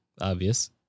obvious